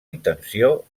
intenció